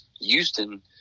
Houston